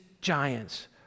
giants